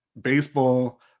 baseball